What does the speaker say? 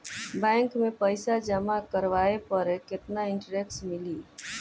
Bank में पईसा जमा करवाये पर केतना इन्टरेस्ट मिली?